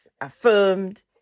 affirmed